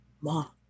Mom